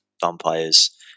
vampires